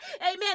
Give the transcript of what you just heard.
amen